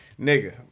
nigga